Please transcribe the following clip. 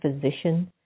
physician